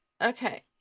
okay